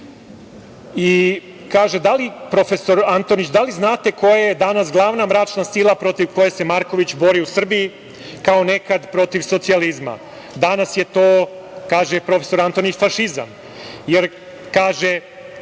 trivialije. Kaže profesor Antonić - da li znate ko je danas glavna mračna sila protiv koje se Marković bori u Srbiji kao nekad protiv socijalizma? Danas je to , kaže profesor Antonić, fašizam, jer, kaže